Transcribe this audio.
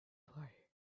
reply